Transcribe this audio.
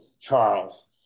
Charles